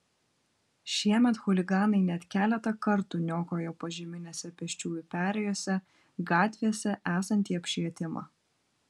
šiemet chuliganai net keletą kartų niokojo požeminėse pėsčiųjų perėjose gatvėse esantį apšvietimą